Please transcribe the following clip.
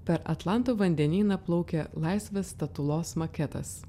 per atlanto vandenyną plaukia laisvės statulos maketas